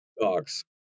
dogs